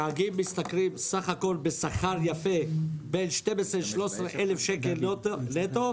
הנהגים משתכרים סך הכול בשכר יפה בין 13-12 אלף שקל נטו,